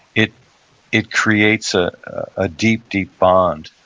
it it creates a ah deep, deep bond.